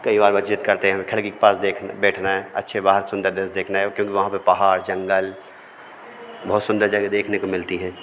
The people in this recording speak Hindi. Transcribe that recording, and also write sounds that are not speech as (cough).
कई बार (unintelligible) जिद करते हैं हमें खाली की पास देख बैठना है अच्छे बाहर सुंदर दस देखना है क्योंकि वहाँ पे पहाड़ जंगल बहुत सुंदर जगह देखने को मिलती है